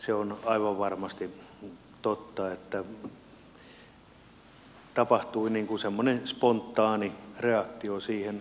se on aivan varmasti totta että tapahtui semmoinen spontaani reaktio siihen edustaja satosen käyttämään puheenvuoroon